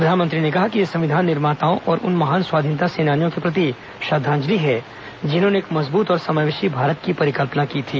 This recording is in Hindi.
प्रधानमंत्री ने कहा कि यह संविधान निर्माताओं और उन महान स्वतंत्रता सेनानियों के प्रति श्रद्धांजलि है जिन्होंने एक मजबूत और समावेशी भारत की परिकल्पना की थी